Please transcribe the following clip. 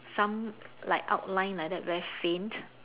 some like outline like that very faint